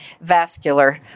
Vascular